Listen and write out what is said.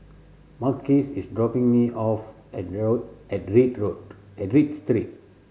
Marquise is dropping me off at rail at read road at Read Street